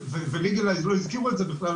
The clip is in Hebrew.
וליגלייז לא הזכירו את זה בכלל,